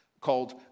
called